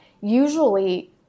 usually